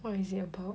what is it about